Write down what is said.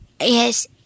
Yes